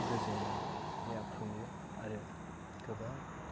गोजोननाया फैयो आरो गोबां